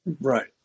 right